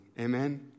Amen